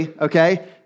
okay